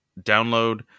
download